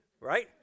right